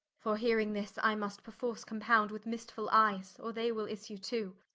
for hearing this, i must perforce compound with mixtfull eyes, or they will issue to.